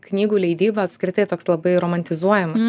knygų leidyba apskritai toks labai romantizuojamas